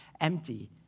empty